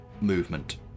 movement